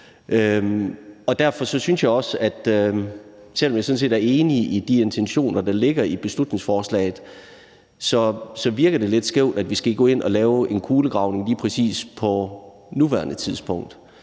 Derfor synes jeg også, selv om jeg sådan set er enig i de intentioner, der ligger i beslutningsforslaget, at det virker lidt skævt, at vi skal gå ind og lave en kulegravning lige præcis på nuværende tidspunkt.